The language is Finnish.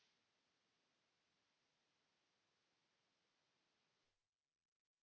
Kiitos,